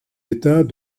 états